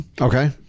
Okay